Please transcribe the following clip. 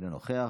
אינו נוכח,